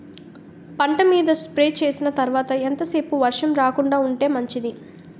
పంట మీద స్ప్రే చేసిన తర్వాత ఎంత సేపు వర్షం రాకుండ ఉంటే మంచిది?